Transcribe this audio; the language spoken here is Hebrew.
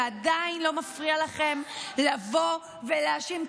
זה עדיין לא מפריע לכם לבוא ולהאשים.